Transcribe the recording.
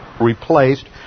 replaced